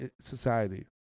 society